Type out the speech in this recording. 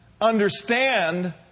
Understand